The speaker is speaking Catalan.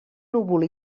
núvol